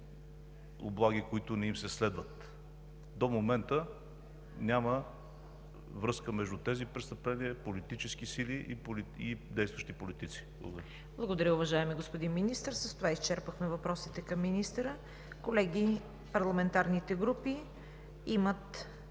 облаги, които не им се следват. До момента няма връзка между тези престъпления с политически сили и действащи политици. Благодаря. ПРЕДСЕДАТЕЛ ЦВЕТА КАРАЯНЧЕВА: Благодаря, уважаеми господин Министър. С това изчерпахме въпросите към министъра. Колеги, парламентарните групи имат